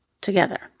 together